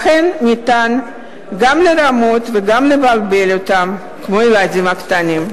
לכן ניתן גם לרמות וגם לבלבל אותם כמו ילדים קטנים.